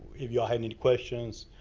if you all had any questions.